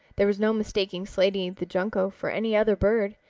there was no mistaking slaty the junco for any other bird.